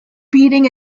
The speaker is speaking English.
beating